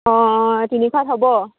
অঁ তিনিশত হ'ব